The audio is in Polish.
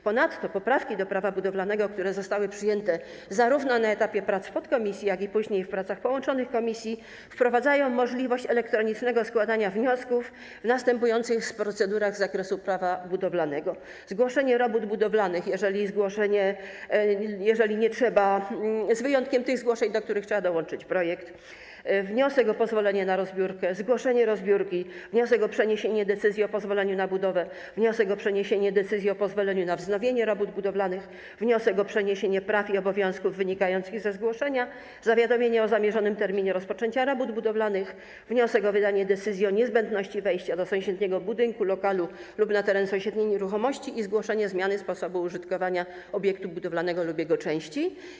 Ponadto poprawki do Prawa budowlanego, które zostały przyjęte zarówno na etapie prac w podkomisji, jak i później w trakcie prac połączonych komisji, wprowadzają możliwość elektronicznego składania wniosków w następujących procedurach z zakresu Prawa budowlanego: zgłoszenie robót budowlanych (z wyjątkiem tych zgłoszeń, do których trzeba dołączyć projekt), wniosek o pozwolenie na rozbiórkę, zgłoszenie rozbiórki, wniosek o przeniesienie decyzji o pozwoleniu na budowę, wniosek o przeniesienie decyzji o pozwoleniu na wznowienie robót budowlanych, wniosek o przeniesienie praw i obowiązków wynikających ze zgłoszenia, zawiadomienie o zamierzonym terminie rozpoczęcia robót budowlanych, wniosek o wydanie decyzji o niezbędności wejścia do sąsiedniego budynku, lokalu lub na teren sąsiedniej nieruchomości, zgłoszenie zmiany sposobu użytkowania obiektu budowlanego lub jego części.